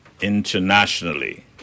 internationally